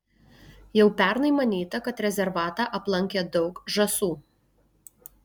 jau pernai manyta kad rezervatą aplankė daug žąsų